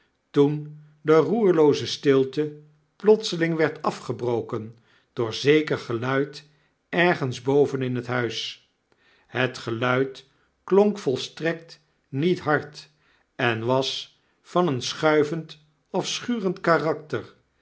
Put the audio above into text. toen de roerlooze stilte plotseling werd afgebroken door zeker geluid ergens boven in het huis het geluid klonk volstrekt niet hard en was van een schuivend of schurend karakter